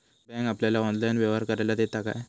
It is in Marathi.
बँक आपल्याला ऑनलाइन व्यवहार करायला देता काय?